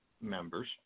members